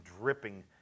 dripping